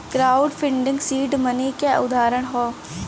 crowd funding seed money क उदाहरण हौ